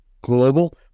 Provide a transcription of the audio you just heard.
Global